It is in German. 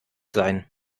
sein